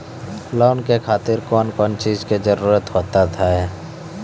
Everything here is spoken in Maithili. लोन के खातिर कौन कौन चीज के जरूरत हाव है?